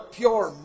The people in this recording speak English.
pure